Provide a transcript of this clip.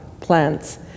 plants